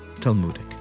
Talmudic